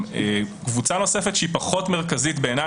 קבוצה נוספת שבעיניי היא פחות מרכזית,